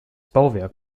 bauwerk